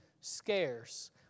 scarce